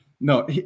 no